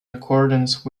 accordance